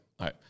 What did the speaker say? right